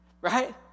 right